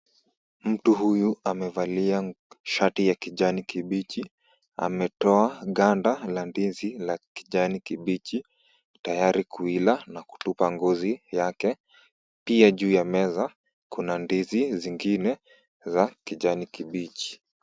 Mtu huyu amevalia shati ya kijani kibichi, ametoa ganda la ndizi la kijani kibichi tayari kuila na kutupa ngozi yake. Pia juu ya meza, kuna ndizi zingine za kijani kibichi.